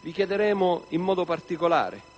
Vi chiederemo, in modo particolare,